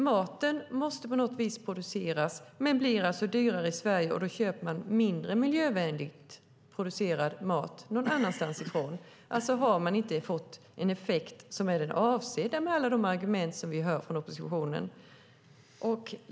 Maten måste på något vis produceras, men den blir dyrare i Sverige, och då köper man mindre miljövänligt producerad mat någon annanstans ifrån. Alltså har det inte blivit avsedd effekt med alla de argument som vi hör från oppositionen.